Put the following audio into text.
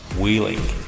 wheeling